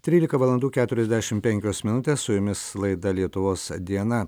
trylika valandų keturiasdešim penkios minutės su jumis laida lietuvos diena